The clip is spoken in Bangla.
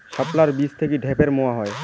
শাপলার বীজ থেকে ঢ্যাপের মোয়া হয়?